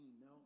No